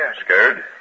scared